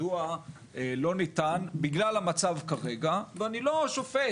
מדוע לא ניתן בגלל המצב כרגע ואני לא שופט.